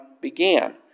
began